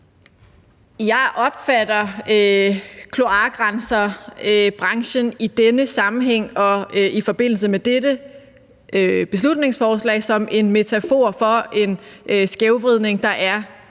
Jeg opfatter kloakrenserbranchen i denne sammenhæng og i forbindelse med dette beslutningsforslag som en metafor for en skævvridning, der er